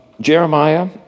Jeremiah